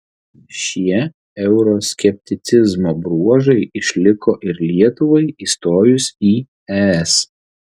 šie euroskepticizmo bruožai išliko ir lietuvai įstojus į es